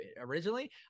originally